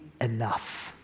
enough